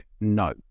no